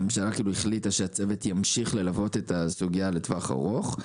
הממשלה החליטה שהצוות ימשיך ללוות את הסוגייה לטווח ארוך,